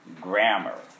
grammar